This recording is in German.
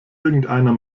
irgendeiner